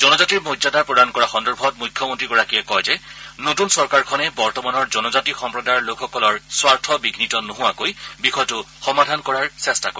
জনজাতিৰ মৰ্যাদা প্ৰদান কৰাৰ সন্দৰ্ভত মুখ্যমন্ত্ৰীগৰাকীয়ে কয় যে নতুন চৰকাৰখনে বৰ্তমানৰ জনজাতি সম্প্ৰদায়ৰ লোকসকলৰ স্বাৰ্থ বিঘ্নিত নোহোৱাকৈ বিষয়টো সমাধান কৰাৰ চেষ্টা কৰিব